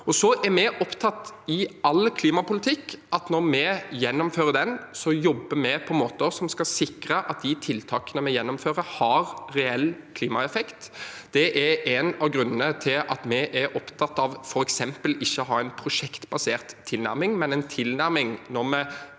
Vi er i all klimapolitikk opptatt av at når vi gjennomfører den, jobber vi på måter som skal sikre at de tiltakene vi gjennomfører, har reell klimaeffekt. Det er en av grunnene til at vi er opptatt av f.eks. å ikke ha en prosjektbasert tilnærming, men en tilnærming når vi